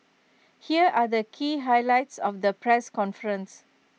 here are the key highlights of the press conference